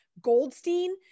Goldstein